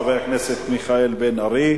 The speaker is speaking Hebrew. חבר הכנסת מיכאל בן-ארי.